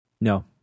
No